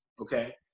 okay